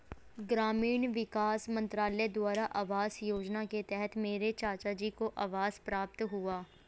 ग्रामीण विकास मंत्रालय द्वारा आवास योजना के तहत मेरे चाचाजी को आवास प्राप्त हुआ